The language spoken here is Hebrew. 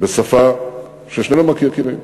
בשפה ששנינו מכירים,